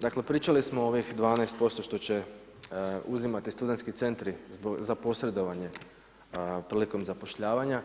Dakle, pričali smo ovih 12% što će uzimati studentski centri za posredovanje prilikom zapošljavanja,